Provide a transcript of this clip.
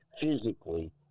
physically